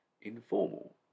informal